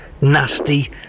nasty